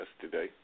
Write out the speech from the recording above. today